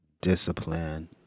discipline